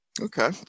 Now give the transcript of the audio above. Okay